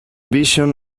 vision